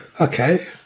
Okay